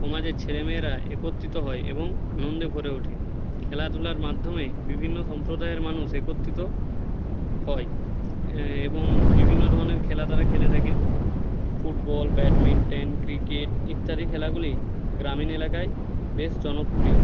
সমাজের ছেলেমেয়েরা একত্রিত হয় এবং আনন্দে ভরে ওঠে খেলাধুলার মাধ্যমে বিভিন্ন সম্প্রদায়ের মানুষ একত্রিত হয় এবং বিভিন্ন ধরনের খেলা তারা খেলে থাকে ফুটবল ব্যাডমিন্টন ক্রিকেট ইত্যাদি খেলাগুলি গ্রামীণ এলাকায় বেশ জনপ্রিয়